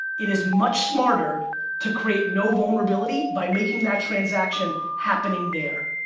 it is much smarter to create no vulnerability by making that transaction happening there.